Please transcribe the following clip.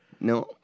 No